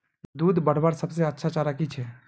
दूध बढ़वार सबसे अच्छा चारा की छे?